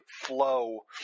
flow